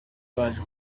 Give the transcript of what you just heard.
baje